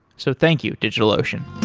so thank you, digitalocean